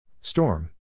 Storm